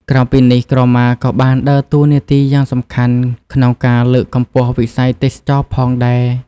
ក្រៅពីនេះ ក្រមាក៏បានដើរតួនាទីយ៉ាងសំខាន់ក្នុង ការលើកកម្ពស់វិស័យទេសចរណ៍ផងដែរ។